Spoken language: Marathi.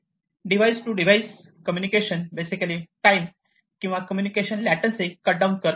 device to device communication basically time किंवा कम्युनिकेशन लेन्टेसी कट डाउन करते